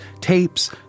tapes